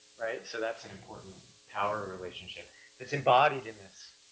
right? so that's an important power relationship that's embodied in this,